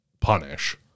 punish